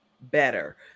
better